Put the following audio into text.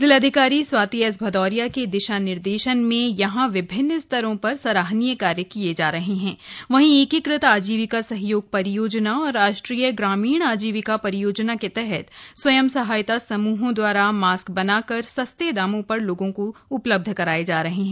जिलाधिकारी स्वाति एस भदौरिया के दिशा निर्देशन में यहां विभिन्न स्तरों पर सराहनीय कार्य किए जा रहे है वहीं एकीकृत आजीविका सहयोग परियोजना और राष्ट्रीय ग्रामीण आजिविका परियोजना के तहत स्वयं सहायता समूहों द्वारा मास्क बनाकर सस्ते दामों पर लोगों को दिये जा रहे है